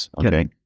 okay